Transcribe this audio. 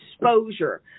exposure